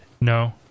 no